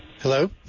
Hello